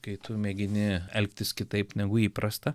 kai tu mėgini elgtis kitaip negu įprasta